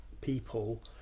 people